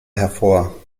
hervor